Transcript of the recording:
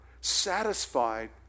Satisfied